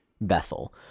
Bethel